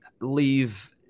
leave